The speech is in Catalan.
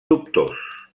dubtós